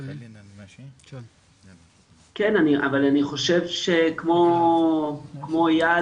כן, אבל אני חושב כמו איל.